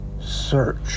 Search